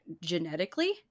genetically